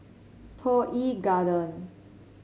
Toh Yi Garden